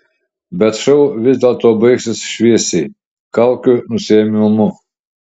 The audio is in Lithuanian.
bet šou vis dėlto baigsis šviesiai kaukių nusiėmimu